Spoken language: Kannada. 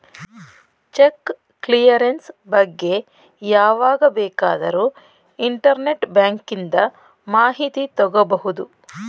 ಚೆಕ್ ಕ್ಲಿಯರೆನ್ಸ್ ಬಗ್ಗೆ ಯಾವಾಗ ಬೇಕಾದರೂ ಇಂಟರ್ನೆಟ್ ಬ್ಯಾಂಕಿಂದ ಮಾಹಿತಿ ತಗೋಬಹುದು